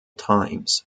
times